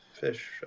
fish